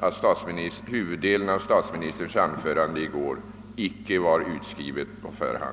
herr Hermansson att huvuddelen av statsministerns anförande i går icke var utskrivet på förhand.